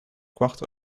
kwart